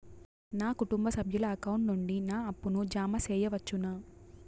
నా కుటుంబ సభ్యుల అకౌంట్ నుండి నా అప్పును జామ సెయవచ్చునా?